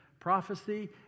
prophecy